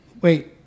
wait